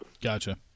Gotcha